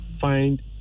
find